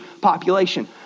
population